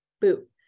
Boot